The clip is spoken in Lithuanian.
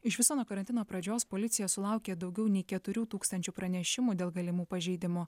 iš viso nuo karantino pradžios policija sulaukė daugiau nei keturių tūkstančių pranešimų dėl galimų pažeidimų